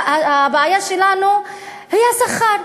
הבעיה שלנו היא השכר,